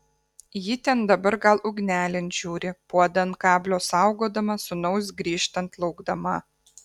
ji ten dabar gal ugnelėn žiūri puodą ant kablio saugodama sūnaus grįžtant laukdama